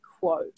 quote